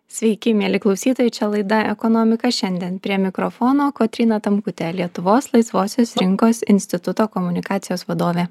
sveiki mieli klausytojai čia laida ekonomika šiandien prie mikrofono kotryna tamkutė lietuvos laisvosios rinkos instituto komunikacijos vadovė